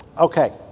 okay